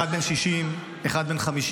אחד בן 60, אחד בן 50,